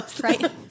Right